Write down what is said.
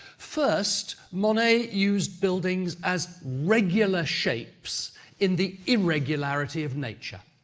first, monet used buildings as regular shapes in the irregularity of nature.